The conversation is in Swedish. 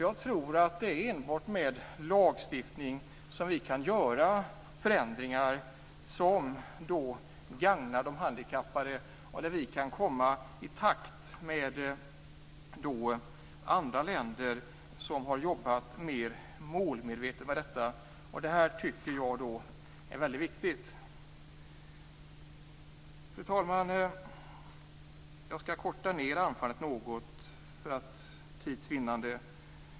Jag tror nämligen att det enbart är med lagstiftning som vi kan göra förändringar som gagnar de handikappade och som gör att vi kan komma i takt med andra länder som har jobbat mer målmedvetet med detta. Det här tycker jag är väldigt viktigt. Fru talman! Jag skall korta ned anförandet något för tids vinnande.